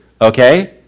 okay